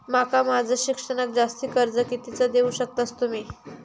माका माझा शिक्षणाक जास्ती कर्ज कितीचा देऊ शकतास तुम्ही?